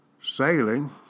sailing